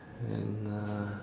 and uh